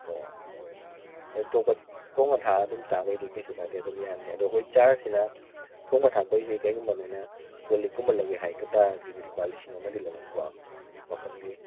ꯑꯣ ꯑꯗꯣ ꯊꯣꯡꯉ ꯊꯥꯛꯑꯒ ꯑꯗꯨꯝ ꯆꯥꯕꯩꯗꯤ ꯀꯩꯁꯨ ꯀꯥꯏꯗꯦ ꯑꯗꯨꯝ ꯌꯥꯅꯤ ꯑꯗꯣ ꯑꯈꯣꯏ ꯆꯥꯔꯒꯅ ꯊꯣꯡꯕ ꯊꯥꯛꯄꯩꯁꯦ ꯀꯩꯒꯨꯝꯕ ꯅꯣꯏꯅ ꯀꯣꯂꯤꯛ ꯀꯨꯝꯕ ꯂꯧꯒꯦ ꯍꯥꯏꯇꯥꯔꯗꯤ ꯂꯨꯄꯥ ꯂꯤꯁꯤꯡ ꯑꯃꯗꯤ ꯂꯧꯅꯤꯀꯣ ꯃꯥꯐꯝꯒꯤ